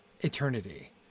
eternity